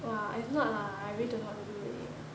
!wah! if not ah I really don't know what to do already